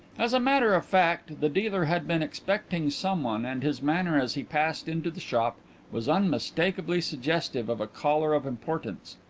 as a matter of fact the dealer had been expecting someone and his manner as he passed into the shop was unmistakably suggestive of a caller of importance.